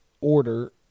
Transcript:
order